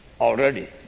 already